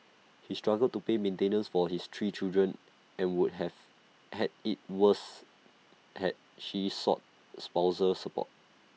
he struggled to pay maintenance for his three children and would have had IT worse had she sought spousal support